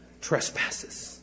trespasses